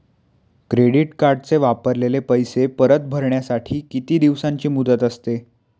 Credit कार्डचे वापरलेले पैसे परत भरण्यासाठी किती दिवसांची मुदत असते?